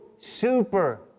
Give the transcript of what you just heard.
super